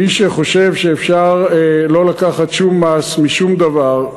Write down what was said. מי שחושב שאפשר לא לקחת שום מס משום דבר,